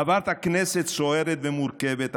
עברת כנסת סוערת ומורכבת.